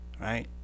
right